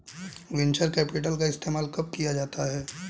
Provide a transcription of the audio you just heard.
Venture capital का इस्तेमाल कब किया जाता है?